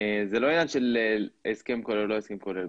זה לא עניין של הסכם כולל או לא הסכם כולל.